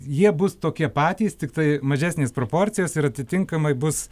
jie bus tokie patys tiktai mažesnės proporcijos ir atitinkamai bus